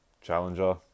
challenger